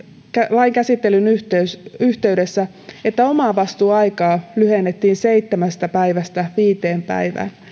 lain käsittelyn yhteydessä on se että omavastuuaikaa lyhennettiin seitsemästä päivästä viiteen päivään